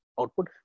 output